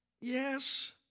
Yes